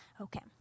Okay